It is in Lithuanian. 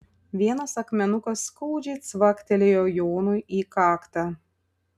vienas akmenukas skaudžiai cvaktelėjo jonui į kaktą